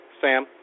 Sam